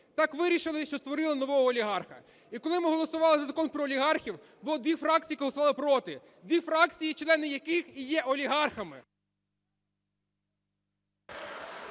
Так вирішили, що створили нового олігарха. І коли ми голосували за Закон про олігархів, було дві фракції, які голосували проти. Дві фракції члени, яких і є олігархами.